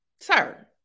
sir